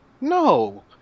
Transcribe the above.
no